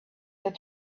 that